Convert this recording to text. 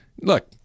look